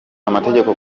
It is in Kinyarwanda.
amategeko